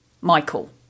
Michael